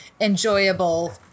enjoyable